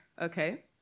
Okay